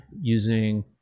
using